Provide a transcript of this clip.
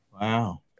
Wow